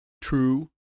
True